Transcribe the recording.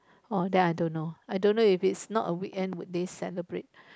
oh then I don't know I don't know if it's not a weekend would they celebrate